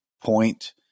point